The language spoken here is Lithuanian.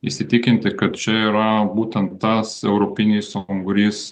įsitikinti kad čia yra būtent tas europinis ungurys